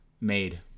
made